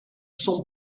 sont